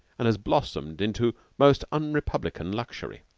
and has blossomed into most unrepublican luxury.